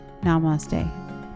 Namaste